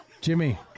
Jimmy